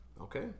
Okay